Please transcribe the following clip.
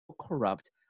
corrupt